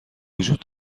وجود